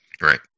Right